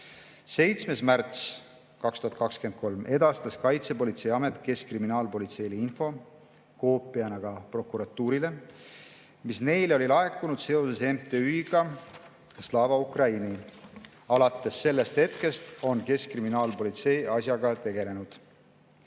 7. märtsil 2023 edastas Kaitsepolitseiamet Keskkriminaalpolitseile info, koopiana ka prokuratuurile, mis neile oli laekunud seoses MTÜ‑ga Slava Ukraini. Alates sellest hetkest on Keskkriminaalpolitsei asjaga tegelenud.